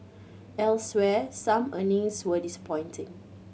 elsewhere some earnings were disappointing